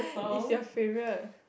is your favourite